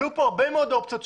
עלו הרבה מאוד אופציות,